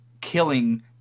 killing